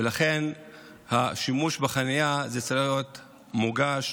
ולכן השימוש בחניה צריך להית מונגש,